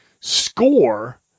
score